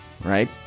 right